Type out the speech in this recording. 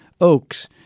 oaks